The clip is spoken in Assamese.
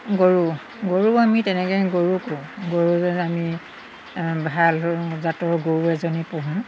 গৰু গৰু আমি তেনেকৈ গৰুকো গৰুজনী আমি ভাল জাতৰ গৰু এজনী পোহোঁ